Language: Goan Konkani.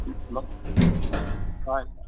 ब हय